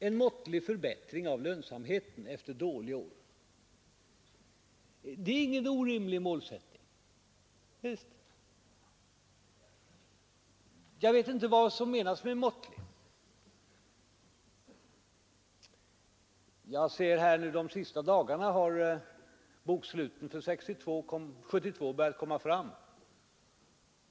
En måttlig förbättring av lönsamheten efter dåliga år är ingen orimlig målsättning, men jag vet inte vad som menas med ”måttlig”. Under de senaste dagarna har boksluten för 1972 börjat läggas fram.